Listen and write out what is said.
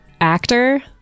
actor